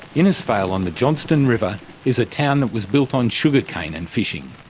innisfail on the johnstone river is a town that was built on sugar cane and fishing.